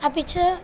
अपि च